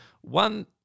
One